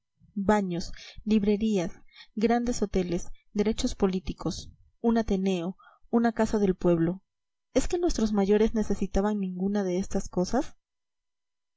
baños librerías grandes hoteles derechos políticos un ateneo una casa del pueblo es que nuestros mayores necesitaban ninguna de estas cosas